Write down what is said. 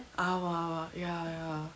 ah !wah! ah !wah! ya ya